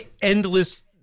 endless